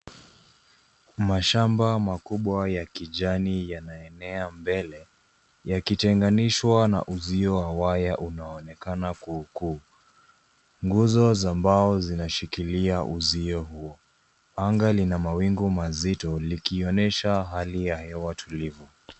Mashamba makubwa ya kijani yanaenea mbele yakitenganishwa na uzio wa waya unaonekana kuu kuu nguzo za mbao zinashikilia uzio huo. Anga lina mawingu mazito likionyesha hali ya hewa tulivu.